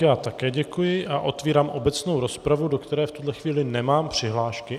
Já také děkuji a otevírám obecnou rozpravu, do které v tuto chvíli nemám přihlášky...